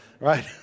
right